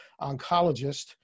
oncologist